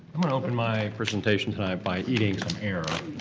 i'm gonna open my presentation tonight by eating some air.